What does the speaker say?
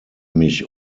mich